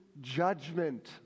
judgment